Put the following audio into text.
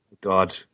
god